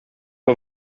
een